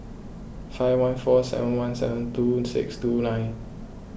five one four seven one seven two six two nine